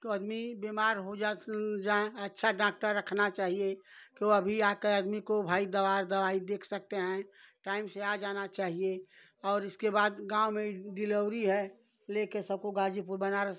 तो आदमी बीमार हो जाएँ अच्छा डाक्टर रखना चाहिए कि वो अभी आकर आदमी को भाई दवा दवाई देख सकते हैं टाइम से आ जाना चाहिए और इसके बाद गाँव में गिलउरी है ले कर सबको गाजीपुर बनारस